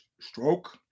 Stroke